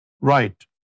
Right